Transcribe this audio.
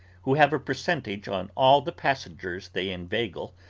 who have a percentage on all the passengers they inveigle,